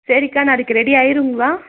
சரிக்கா நாளைக்கு ரெடி ஆயிடுங்களா